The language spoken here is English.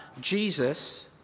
Jesus